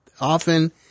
often